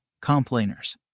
Complainers